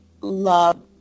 love